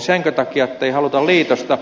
senkö takia ettei haluta liitosta